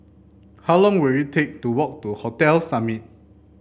how long will it take to walk to Hotel Summit